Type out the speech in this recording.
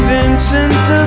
Vincent